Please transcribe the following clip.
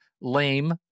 lame